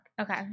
Okay